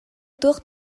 туох